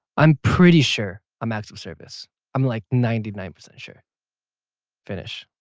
i'm pretty sure i'm acts of service. i'm like ninety nine percent sure finish